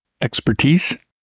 Expertise